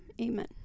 amen